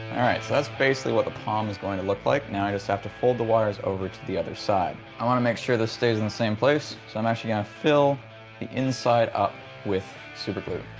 alright so that's basically what the palm is going to look like. now i just have to fold the wires over to the other side. i want to make sure this stays in the same place so i'm actually gonna fill the inside up with superglue.